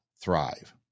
thrive